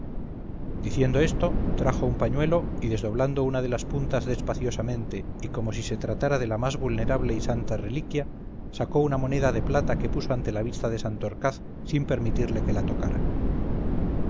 diciendo esto trajo un pañuelo y desdoblando una de las puntas despaciosamente y como si se tratara de la más vulnerable y santa reliquia sacó una moneda de plata que puso ante la vista de santorcaz sin permitirle que la tocara